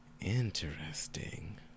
Interesting